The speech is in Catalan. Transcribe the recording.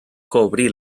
cobrir